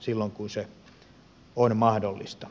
silloin kun se on mahdollista